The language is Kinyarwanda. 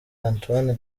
antoine